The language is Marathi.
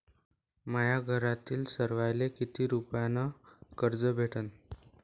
माह्या घरातील सर्वाले किती रुप्यान कर्ज भेटन?